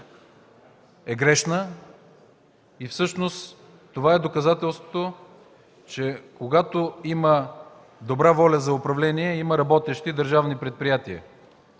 е грешна. Всъщност това е доказателството, че когато има добра воля за управление, има работещи държавни предприятия;